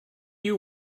you